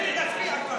צריכים להצביע כבר.